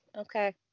okay